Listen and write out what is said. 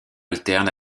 alternent